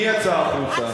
מי יצא החוצה?